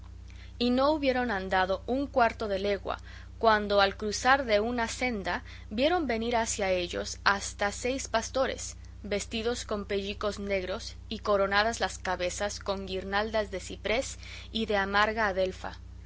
y no hubieron andado un cuarto de legua cuando al cruzar de una senda vieron venir hacia ellos hasta seis pastores vestidos con pellicos negros y coronadas las cabezas con guirnaldas de ciprés y de amarga adelfa